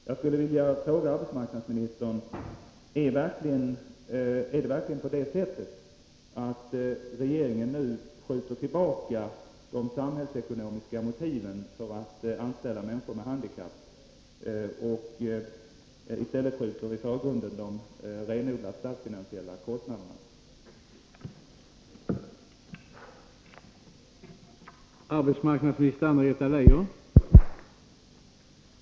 Jag skulle vilja rikta följande fråga till arbetsmarknadsministern: Är det verkligen på det sättet att regeringen nu skjuter de samhällsekonomiska motiven i bakgrunden när det gäller att anställa människor med handikapp, medan man placerar de renodlat statsfinansiella kostnaderna i förgrunden?